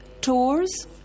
tours